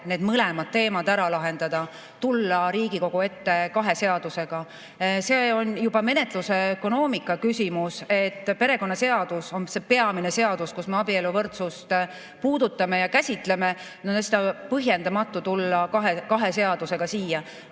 need mõlemad teemad ära lahendada, tulla Riigikogu ette kahe seadusega. See on juba menetluse ökonoomika küsimus, et perekonnaseadus on see peamine seadus, kus me abieluvõrdsust puudutame ja käsitleme. On täiesti põhjendamatu tulla siia kahe seadusega.